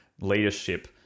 leadership